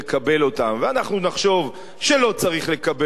אותן ואנחנו נחשוב שלא צריך לקבל אותן,